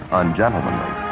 ungentlemanly